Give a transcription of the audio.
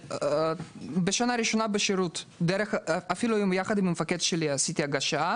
בשנה הראשונה בשירות יחד עם המפקד שלי הגשתי